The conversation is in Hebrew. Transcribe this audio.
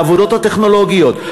לעבודות הטכנולוגיות.